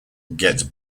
gets